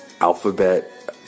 alphabet